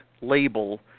label